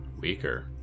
Weaker